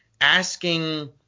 asking –